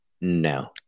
No